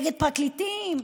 נגד פרקליטים.